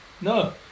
No